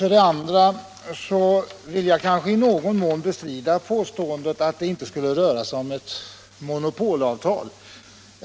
Jag vill i någon mån bestrida påståendet att det inte skulle röra sig om ett monopolavtal.